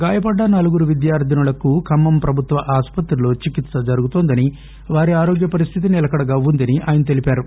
గాయపడ్డ నలుగురు విద్యార్థినులకు ఖమ్మం ప్రభుత్వాస్పత్రిలో చికిత్స జరుగుతోందని వారి ఆరోగ్య పరిస్థితి నిలకడగా ఉందని ఆయన చెప్పారు